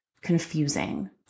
confusing